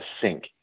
sink